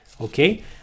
okay